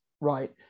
right